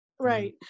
right